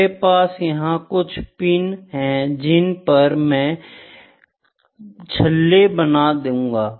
मेरे पास यहां कुछ पिन है जिन पर मैं छल्ले बना दूंगा